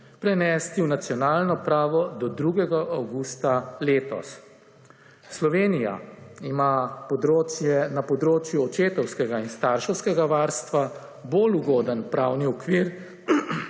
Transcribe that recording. prenesti v nacionalno pravo do 2. avgusta letos. Slovenija ima na področju očetovskega in starševskega varstva bolj ugoden pravni okvir